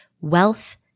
wealth